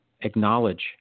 acknowledge